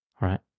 right